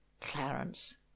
Clarence